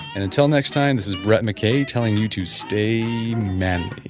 and until next time this is brett mckay telling you to stay manly